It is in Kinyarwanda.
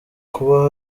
kuba